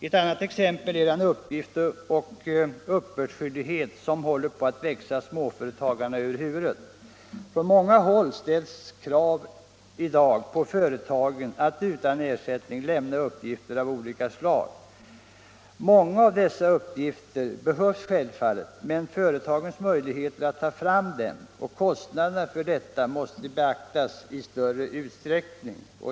Ett annat exempel är den uppgifts och uppbördsskyldighet som håller på växa småföretagarna över huvudet. Från många håll ställs i dag krav på att företagen utan ersättning skall lämna uppgifter av olika slag. Många av dessa uppgifter behövs självfallet, men företagens möjligheter att ta fram dem och kostnaderna för detta måste beaktas i större utsträckning.